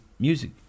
music